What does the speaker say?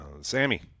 Sammy